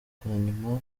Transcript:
hanyuma